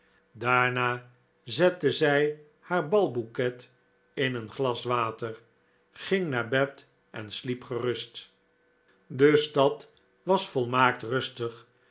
daarna zette zij haar balbouquet in een glas water ging naar bed en sliep gerust de stad was volmaakt rustig